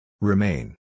Remain